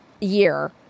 year